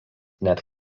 net